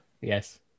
yes